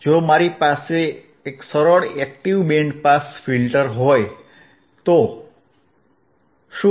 જો મારી પાસે સરળ એક્ટીવ બેન્ડ પાસ ફિલ્ટર હોય તો શું